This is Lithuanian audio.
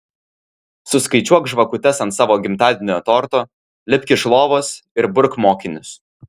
suskaičiuok žvakutes ant savo gimtadienio torto lipk iš lovos ir burk mokinius